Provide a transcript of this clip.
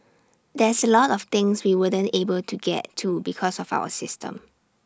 there's A lot of things we wouldn't able to get to because of our system